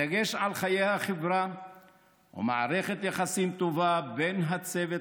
הדגש על חיי החברה ומערכת יחסים טובה בין הצוות